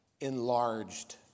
enlarged